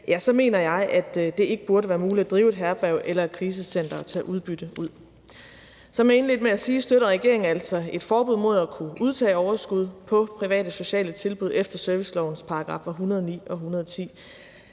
ja, så mener jeg, at det ikke burde være muligt at drive et herberg eller et krisecenter og tage udbytte ud. Som jeg indledte med at sige, støtter regeringen altså et forbud mod at kunne udtage overskud på private sociale tilbud efter servicelovens §§ 109 og 110,